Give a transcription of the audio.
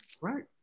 right